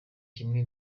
kimwe